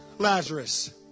Lazarus